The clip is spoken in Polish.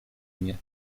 mnie